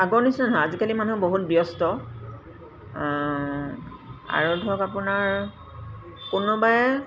আগৰ নিচিনা নহয় আজিকালি মানুহ বহুত ব্যস্ত আৰু ধৰক আপোনাৰ কোনোবাই